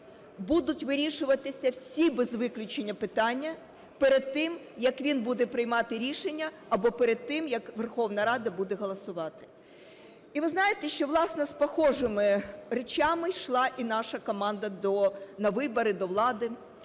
будуть вирішуватися всі без виключення питання перед тим, як він буде приймати рішення, або перед тим, як Верховна Рада буде голосувати. І ви знаєте, що, власне, з похожими речами йшла і наша команда на вибори до влади.